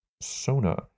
sona